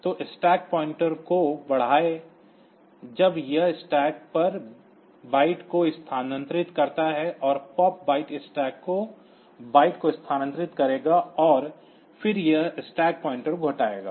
तो stack pointer को बढ़ाएं जब यह स्टैक पर बाइट को स्थानांतरित करता है और पॉप बाइट स्टैक को बाइट को स्थानांतरित करेगा और फिर यह स्टैक पॉइंटर को घटाएगा